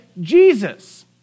Jesus